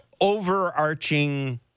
overarching